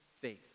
faith